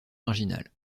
marginal